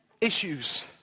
Issues